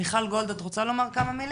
מיכל גולד, את רוצה לומר כמה מילים?